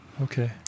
Okay